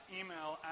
email